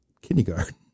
kindergarten